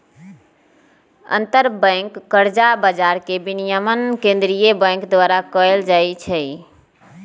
अंतरबैंक कर्जा बजार के विनियमन केंद्रीय बैंक द्वारा कएल जाइ छइ